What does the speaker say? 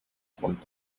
called